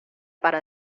para